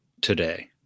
today